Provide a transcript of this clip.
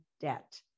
debt